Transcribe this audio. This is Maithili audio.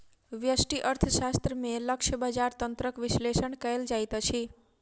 व्यष्टि अर्थशास्त्र में लक्ष्य बजार तंत्रक विश्लेषण कयल जाइत अछि